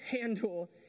handle